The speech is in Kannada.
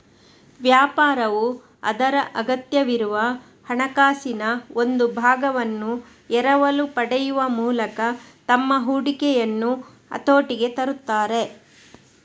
ವ್ಯಾಪಾರವು ಅದರ ಅಗತ್ಯವಿರುವ ಹಣಕಾಸಿನ ಒಂದು ಭಾಗವನ್ನು ಎರವಲು ಪಡೆಯುವ ಮೂಲಕ ತಮ್ಮ ಹೂಡಿಕೆಯನ್ನು ಹತೋಟಿಗೆ ತರುತ್ತಾರೆ